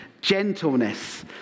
gentleness